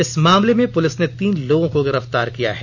इस मामले में पुलिस ने तीन लोगों को गिरफ्तार किया है